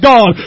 God